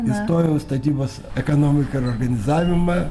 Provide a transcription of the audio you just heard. įstojau į statybos ekonomiką ir organizavimą